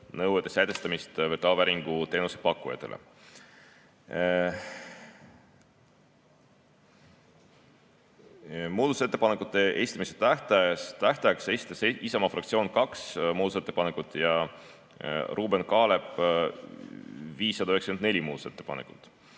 nõuete sätestamist virtuaalvääringu teenuse pakkujatele. Muudatusettepanekute esitamise tähtajaks esitas Isamaa fraktsioon kaks muudatusettepanekut ja Ruuben Kaalep 594 muudatusettepanekut.